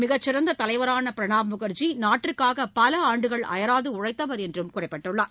மிகச் சிறந்த தலைவரான பிரணாப் முகர்ஜி நாட்டிற்காக பல ஆண்டுகள் அபராது உழைத்தவர் என்று குறிப்பிட்டுள்ளார்